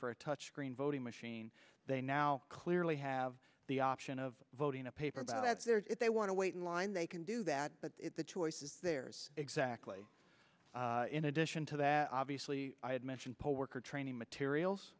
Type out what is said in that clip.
for a touch screen voting machine they now clearly have the option of voting a paper about if they want to wait in line they can do that but the choice is theirs exactly in addition to that obviously i had mentioned poll worker training materials